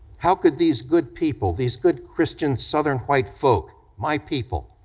how could these good people, these good christian southern white folk, my people,